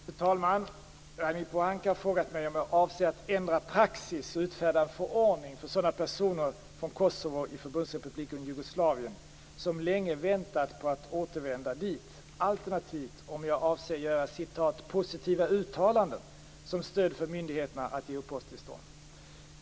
Fru talman! Ragnhild Pohanka har frågat mig om jag avser att ändra praxis och utfärda en förordning för sådana personer från Kosovo i Förbundsrepubliken Jugoslavien som länge väntat på att återvända dit, alternativt om jag avser göra "positiva uttalanden" som stöd för myndigheterna att ge uppehållstillstånd.